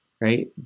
right